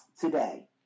today